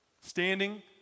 standing